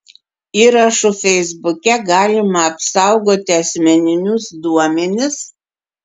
įrašu feisbuke galima apsaugoti asmeninius duomenis